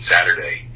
Saturday